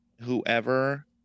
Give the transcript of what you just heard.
whoever